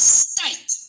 state